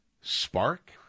spark